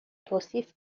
توصیف